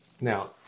Now